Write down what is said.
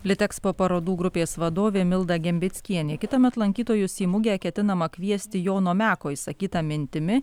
litekspo parodų grupės vadovė milda gembickienė kitąmet lankytojus į mugę ketinama kviesti jono meko išsakyta mintimi